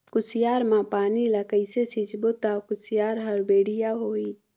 कुसियार मा पानी ला कइसे सिंचबो ता कुसियार हर बेडिया होही?